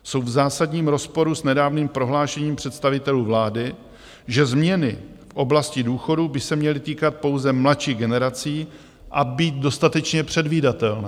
Jsou v zásadním rozporu s nedávným prohlášením představitelů vlády, že změny v oblasti důchodů by se měly týkat pouze mladších generací a být dostatečně předvídatelné.